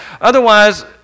Otherwise